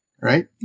right